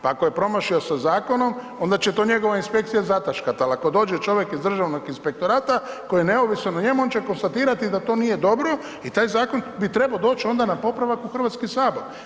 Pa ako je promašio sa zakonom onda će to njegova inspekcija zataškati ali ako dođe čovjek iz Državnog inspektorata koji je neovisan o njemu, on će konstatirati da to nije dobro i taj zakon bi trebao doć onda na popravak u Hrvatski sabor.